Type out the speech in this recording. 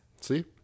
See